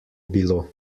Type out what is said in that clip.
bilo